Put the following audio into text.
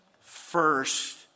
first